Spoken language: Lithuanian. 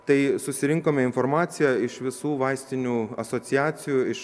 tai susirinkome informaciją iš visų vaistinių asociacijų iš